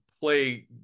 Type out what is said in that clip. play